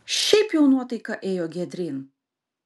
šiaip jau nuotaika ėjo giedryn